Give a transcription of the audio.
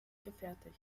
gefertigt